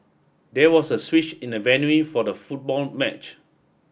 there was a switch in the venue for the football match